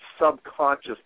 subconscious